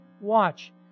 watch